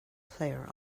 player